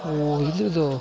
ಓ ಇದರ್ದು